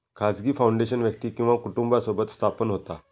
खाजगी फाउंडेशन व्यक्ती किंवा कुटुंबासोबत स्थापन होता